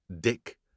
Dick